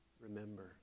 remember